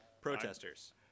Protesters